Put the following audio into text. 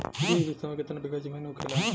बीस बिस्सा में कितना बिघा जमीन होखेला?